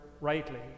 rightly